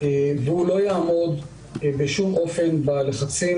והוא לא יעמוד בשום אופן בלחצים.